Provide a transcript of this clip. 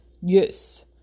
Yes